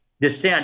dissent